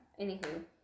Anywho